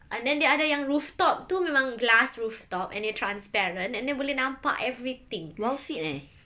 and then dia ada yang rooftop tu memang glass rooftop and dia transparent and then boleh nampak everything